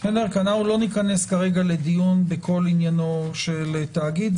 כי אנחנו לא ניכנס כרגע לדיון בכל עניינו של תאגיד.